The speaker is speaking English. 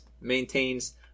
maintains